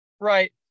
Right